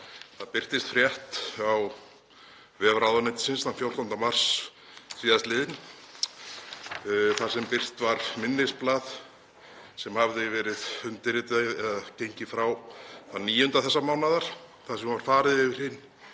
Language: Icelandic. Það birtist frétt á vef ráðuneytisins þann 14. mars síðastliðinn þar sem birt var minnisblað, sem hafði verið undirritað eða gengið frá þann 9. þessa mánaðar, þar sem var farið yfir hin